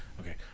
Okay